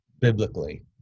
biblically